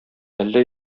әллә